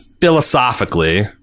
philosophically